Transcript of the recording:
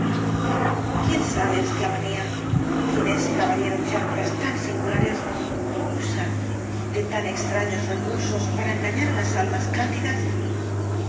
quién sabe esclava mía tiene ese caballero chanzas tan singulares usa de tan extraños recursos para engañar á las almas candidas